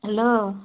hello